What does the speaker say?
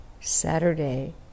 Saturday